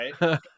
Right